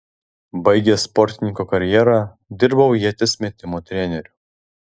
baigęs sportininko karjerą dirbau ieties metimo treneriu